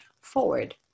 forward